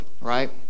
Right